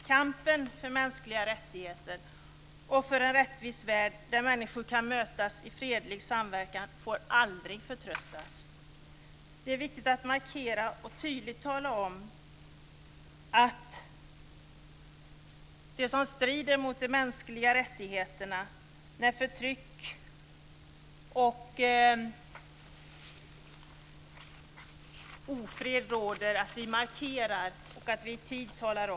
Kampen för mänskliga rättigheter och för en rättvis värld där människor kan mötas i fredlig samverkan får aldrig förtröttas. Det är viktigt att tydligt och i tid markera mot det som strider mot de mänskliga rättigheterna, förtryck och ofred.